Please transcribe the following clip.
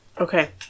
Okay